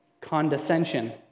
condescension